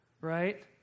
right